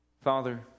Father